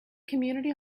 community